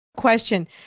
question